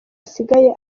asigaye